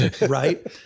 right